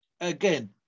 Again